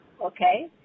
okay